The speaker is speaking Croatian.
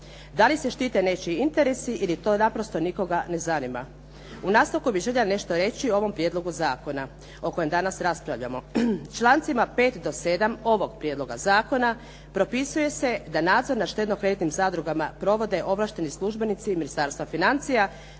da li se štite nečiji interesi ili to naprosto nikoga ne zanima. U nastavku bih željela nešto reći o ovom prijedlogu zakona o kojem danas raspravljamo. Člancima 5. do 7. ovog prijedloga zakona propisuje se da nadzor nad štedno-kreditnim zadrugama provode ovlašteni službenici Ministarstva financija